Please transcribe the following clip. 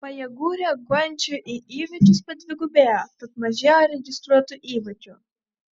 pajėgų reaguojančių į įvykius padvigubėjo tad mažėja registruotų įvykių